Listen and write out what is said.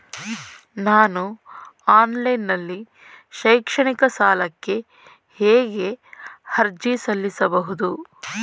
ನಾನು ಆನ್ಲೈನ್ ನಲ್ಲಿ ಶೈಕ್ಷಣಿಕ ಸಾಲಕ್ಕೆ ಹೇಗೆ ಅರ್ಜಿ ಸಲ್ಲಿಸಬಹುದು?